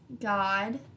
God